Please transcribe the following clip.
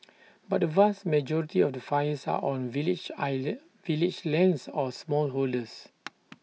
but the vast majority of the fires are on village island village lands or smallholders